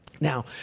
Now